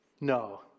No